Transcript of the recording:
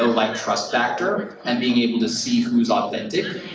ah like trust factor, and being able to see who's authentic,